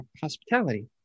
hospitality